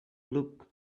look